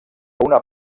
una